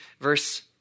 verse